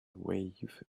wave